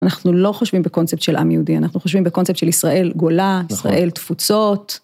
אנחנו לא חושבים בקונספט של עם יהודי, אנחנו חושבים בקונספט של ישראל גולה, ישראל תפוצות.